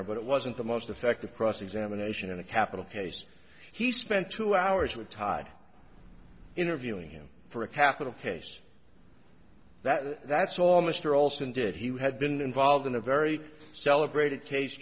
ur but it wasn't the most effective cross examination in a capital case he spent two hours with tied interviewing him for a capital case that that's all mr olson did he had been involved in a very celebrated cas